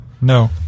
No